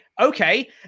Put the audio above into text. okay